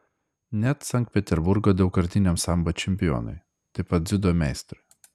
net sankt peterburgo daugkartiniam sambo čempionui taip pat dziudo meistrui